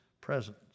presence